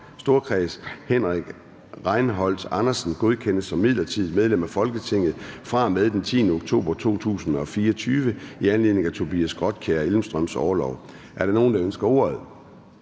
Storkreds, Henrik Rejnholt Andersen, godkendes som midlertidigt medlem af Folketinget fra og med den 10. oktober 2024 i anledning af Tobias Grotkjær Elmstrøms orlov. Er der nogen, der ønsker ordet?